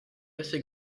assez